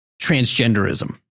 transgenderism